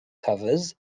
covers